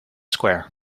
square